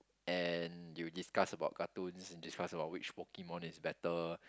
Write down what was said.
and you discuss about cartoons you discuss about which Pokemon is better